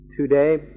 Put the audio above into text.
Today